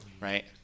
right